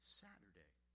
saturday